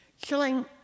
killing